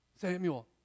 Samuel